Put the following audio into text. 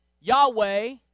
Yahweh